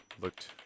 Looked